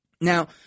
Now